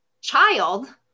child